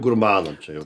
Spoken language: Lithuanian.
gurmanam čia jau